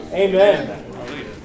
Amen